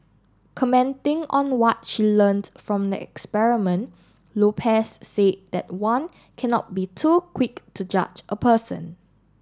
commenting on what she learnt from the experiment Lopez said that one cannot be too quick to judge a person